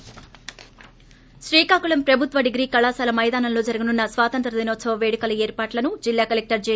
దెబ్బతిన్న వంశధార క్రీకాకుళం ప్రభుత్వ డిగ్రీ కళాశాల మైదానములో జరగనున్న స్వాతంత్ర్య దినోత్సవ పేడుకల ఏర్పాట్లను జిల్లా కలెక్టర్ జె